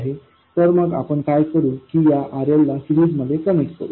तर मग आपण काय करू की या RLला सिरीज मध्ये कनेक्ट करू